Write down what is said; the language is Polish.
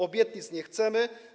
Obietnic nie chcemy.